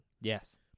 Yes